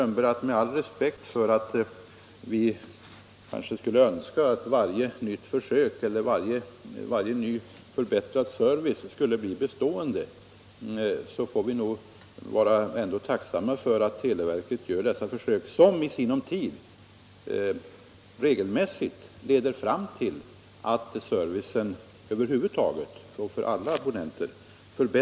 Med all respekt för att vi skulle önska att varje ny förbättrad service skulle bli bestående får vi nog ändå, herr Strömberg i Botkyrka, vara tacksamma för att televerket gör dessa försök som i sinom tid regelmässigt leder fram till att servicen förbättras över huvud taget och för alla abonnenter.